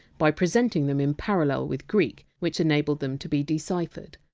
by presenting them in parallel with greek which enabled them to be deciphered.